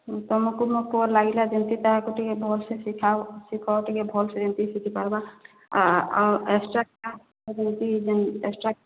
ହୁଁ ତୁମକୁ ମୋ ପୁଅ ଲାଗିଲା ଯେମିତି ତାହାକୁ ଟିକେ ଭଲ୍ସେ ଶିଖାବ ଶିଖାଅ ଟିକେ ଭଲ୍ସେ ଯେମିତି ଶିଖିପାର୍ବା ଆଉ ଏକ୍ସଟ୍ରା କ୍ଳାସ ଯେମିତି ଯେନ୍ ଏକ୍ସଟ୍ରା